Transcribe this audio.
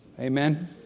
Amen